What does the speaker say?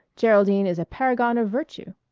geraldine is a paragon of virtue.